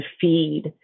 feed